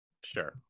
Sure